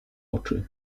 oczy